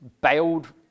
bailed